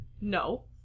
no